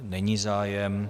Není zájem.